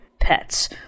pets